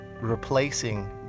replacing